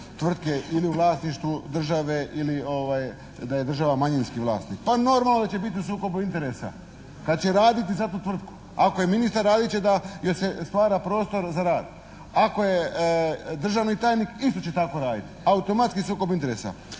tvrtke ili u vlasništvu države ili da je država manjinski vlasnik. Pa normalno da će biti u sukobu interesa, da će raditi za tu tvrtku, ako je ministar radit će da joj se stvara prostor za rad, ako je državni tajnik, isto će tako raditi. Automatski sukob interesa.